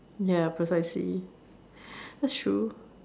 ya precisely that's true